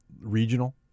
regional